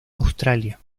australia